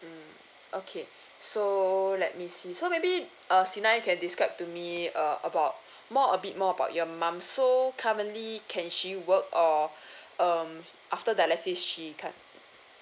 mm okay so let me see so maybe uh Sina you can describe to me uh about more a bit more about your mum so currently can she work or um after that let's say she cut